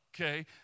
okay